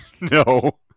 No